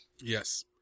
Yes